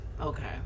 Okay